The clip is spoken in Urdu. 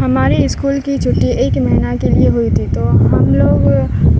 ہمارے اسکول کی چھٹی ایک مہینہ کے لیے ہوئی تھی تو ہم لوگ